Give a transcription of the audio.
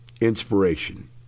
inspiration